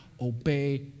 obey